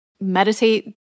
meditate